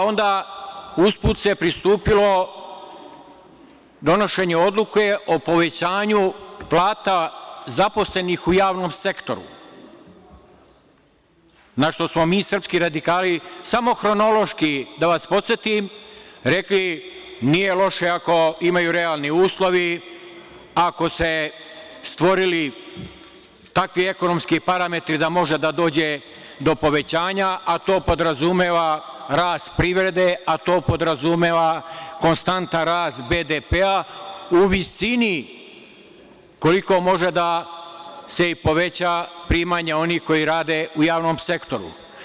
Onda, usput se pristupilo donošenju odluke o povećanju plata zaposlenih u javnom sektoru, na šta smo mi srpski radikali samo hronološki, da vas podsetim, rekli – nije loše ako imaju realni uslov, ako su se stvorili takvi ekonomski parametri da može da dođe do povećanja, a to podrazumeva rast privrede, a to podrazumeva konstantan rast BDP u visini koliko može da se i poveća primanje onih koji rade u javnom sektoru.